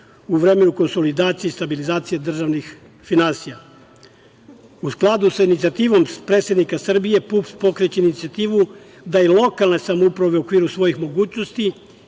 u vremenu konsolidacije i stabilizacije državnih finansija.U skladu sa inicijativom predsednika Srbije, PUPS pokreće inicijativu da i lokalne samouprave u okviru svojih mogućnosti